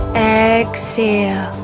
exhale